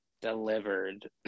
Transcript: delivered